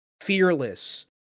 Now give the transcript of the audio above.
Fearless